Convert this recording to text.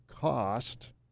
cost